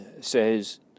says